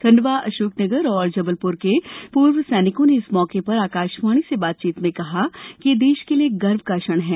खंडवा अशोकनगर और जबलपुर के पूर्व सैनिकों ने इस मौके पर आकाशवाणी से बातचीत में कहा कि यह देश के लिए गर्व का क्षण है